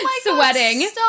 sweating